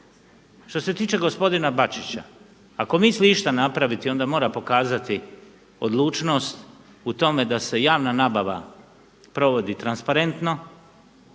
Što se tiče gospodina Bačića ako misli išta napraviti onda mora pokazati odlučnost u tome da se javna nabava provodi transparentno,